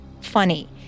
funny